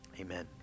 Amen